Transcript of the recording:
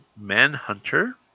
Manhunter